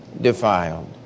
defiled